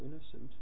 innocent